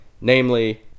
namely